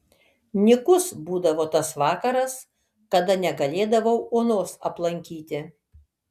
nykus būdavo tas vakaras kada negalėdavau onos aplankyti